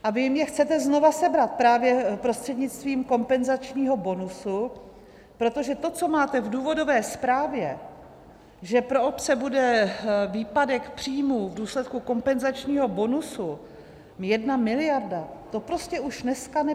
A vy jim je chcete znova sebrat právě prostřednictvím kompenzačního bonusu, protože to, co máte v důvodové zprávě, že pro obce bude výpadek příjmů v důsledku kompenzačního bonusu jedna miliarda, to prostě už dneska neplatí.